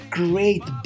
great